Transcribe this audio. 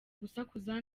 gusakuza